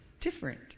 different